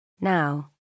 Now